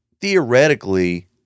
Theoretically